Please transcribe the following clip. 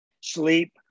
sleep